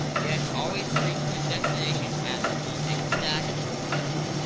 yet always reached his destination at the exact moment.